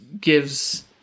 gives